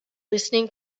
listening